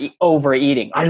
overeating